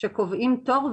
שקובעים תור,